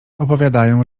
opowiadają